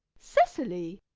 cecily!